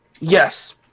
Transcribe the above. yes